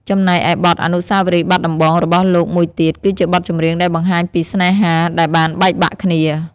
ចំណែកឯបទ អនុស្សាវរីយ៍បាត់ដំបង របស់លោកមួយទៀត គឺជាបទចម្រៀងដែលបង្ហាញពីស្នេហាដែលបានបែកបាក់គ្នា។